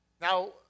Now